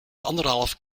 anderhalf